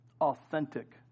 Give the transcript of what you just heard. Authentic